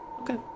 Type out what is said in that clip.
Okay